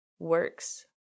works